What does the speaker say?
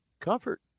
comfort